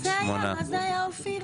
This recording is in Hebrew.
מה זה היה, אופיר?